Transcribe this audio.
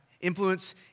Influence